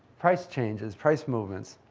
price changes, price movements